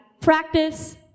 practice